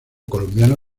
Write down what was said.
colombiano